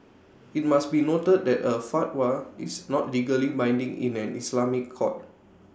IT must be noted that A fatwa is not legally binding in an Islamic court